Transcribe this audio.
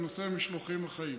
בנושא המשלוחים החיים: